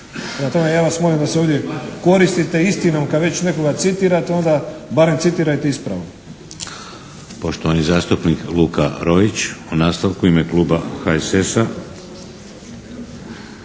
ja vas molim da se ovdje koristite istinom kad već nekoga citirate, onda barem citirajte ispravno.